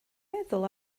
meddwl